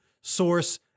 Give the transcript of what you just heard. source